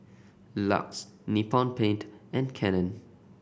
LUX Nippon Paint and Canon